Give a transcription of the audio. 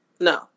No